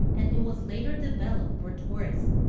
and it was later developed for tourists.